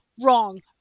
wrong